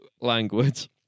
language